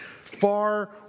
Far